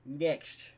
next